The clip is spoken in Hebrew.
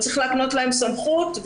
להקנות להם סמכות,